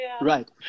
right